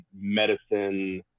medicine